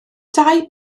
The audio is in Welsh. dau